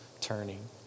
turning